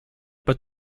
pas